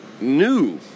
new